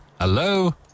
Hello